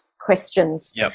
questions